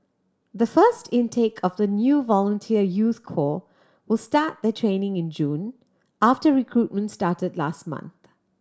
the first intake of the new volunteer youth will start their training in June after recruitment started last month